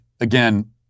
again